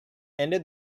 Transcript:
ended